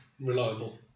reliable